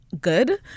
good